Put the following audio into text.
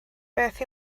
beth